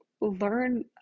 learn